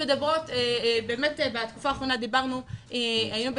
באמת בתקופה האחרונה דיברנו והיינו אנחנו